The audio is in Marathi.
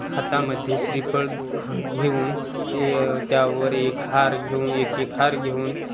हातामध्ये श्रीफळ घेऊन त्यावर एक हार घेऊन एक एक हार घेऊन